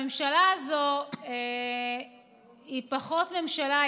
הממשלה הזאת היא פחות ממשלה,